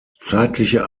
zeitliche